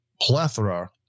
plethora